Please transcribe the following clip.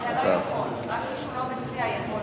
אתה לא יכול, רק מי שהוא לא מציע יכול לבקש.